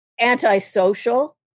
antisocial